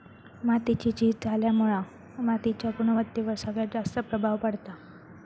मातीची झीज झाल्यामुळा मातीच्या गुणवत्तेवर सगळ्यात जास्त प्रभाव पडता